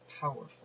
powerful